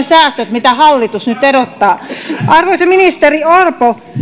säästöt mitä hallitus nyt odottaa arvoisa ministeri orpo